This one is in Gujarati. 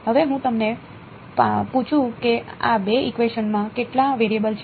હવે હું તમને પૂછું કે આ 2 ઇકવેશનમાં કેટલા વેરિયેબલ છે